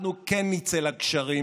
אנחנו כן נצא לגשרים